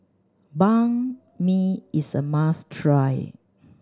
Banh Mi is a must try